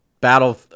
Battle